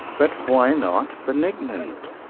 but why not benignant?